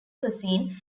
cousin